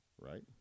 Right